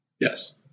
Yes